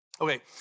Okay